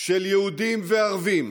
של יהודים וערבים,